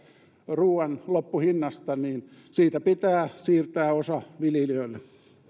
ruoan loppuhinnasta pitää siirtää osa viljelijöille